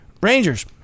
Rangers